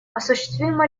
осуществима